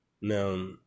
Now